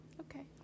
okay